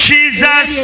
Jesus